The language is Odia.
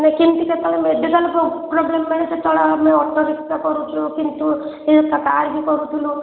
କେମିତି କେତେବଳେ ମେଡ଼ିକାଲ୍ ପ୍ରୋବ୍ଲେମ୍ ପାଇଁ କେତେବଳେ ଆମେ ଅଟୋ ରିକ୍ସା କରୁଛୁ କିନ୍ତୁ କାର୍ ବି କରୁଥୁଲୁ